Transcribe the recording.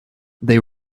they